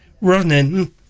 running